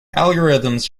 algorithms